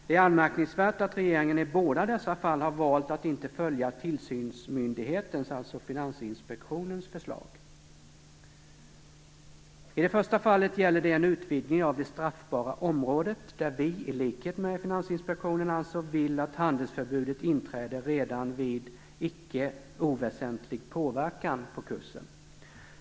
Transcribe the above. Det är anmärkningsvärt att regeringen i båda dessa fall inte valt att följa tillsynsmyndighetens I det första fallet gäller det en utvidgning av det straffbara området där vi i likhet med Finansinspektionen vill att handelsförbudet inträder redan vid icke oväsentlig påverkan på kursen.